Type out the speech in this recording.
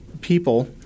people